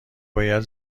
باید